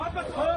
לפעמים